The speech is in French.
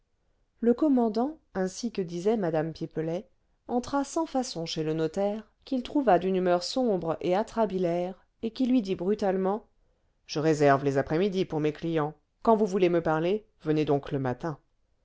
le commandant ainsi que disait mme pipelet entra sans façon chez le notaire qu'il trouva d'une humeur sombre et atrabilaire et qui lui dit brutalement je réserve les après-midi pour mes clients quand vous voulez me parler venez donc le matin